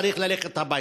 צריך ללכת הביתה,